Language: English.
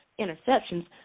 interceptions